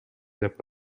деп